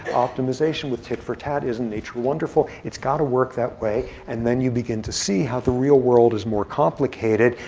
optimization with tit for tat, isn't nature wonderful. it's gotta work that way. and then you begin to see how the real world is more complicated.